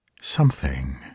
Something